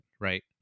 right